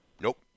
Nope